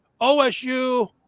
OSU